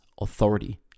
authority